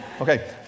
Okay